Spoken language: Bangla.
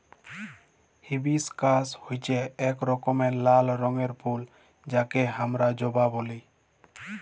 হিবিশকাস হচ্যে এক রকমের লাল রঙের ফুল যাকে হামরা জবা ব্যলি